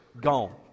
gone